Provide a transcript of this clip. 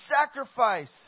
sacrifice